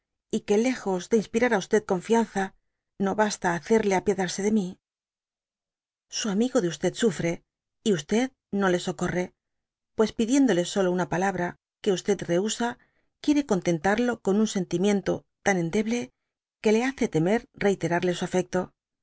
y que lejos de inspirar á confianza no basta á hacerle apiadarse de mi su amigo de sufre y no le socorre pues pidiéndole solo una pala bra que rehusa quiere contentarlo con un sentimiento tan endeble que le hace temer reiterarle su afecto